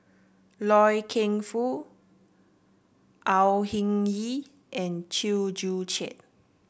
Loy Keng Foo Au Hing Yee and Chew Joo Chiat